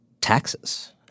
taxes